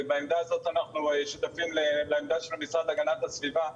ובעמדה הזאת אנחנו שותפים לעמדה של משרד הגנת הסביבה,